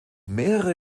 mehrere